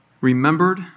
remembered